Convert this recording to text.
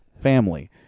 family